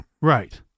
right